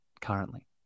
currently